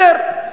בסדר.